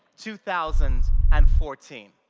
two thousand and fourteen.